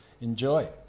Enjoy